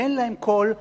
ואין להם קול,